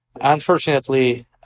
Unfortunately